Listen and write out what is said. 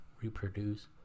reproduce